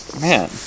Man